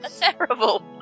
terrible